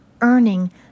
earning